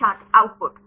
छात्र आउटपुट